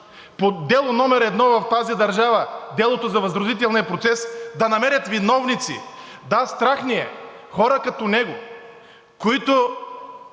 по Дело № 1 в тази държава – делото за Възродителния процес, да намерят виновници. Да, страх ни е хора като него, които